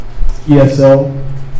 esl